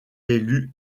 élus